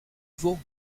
veau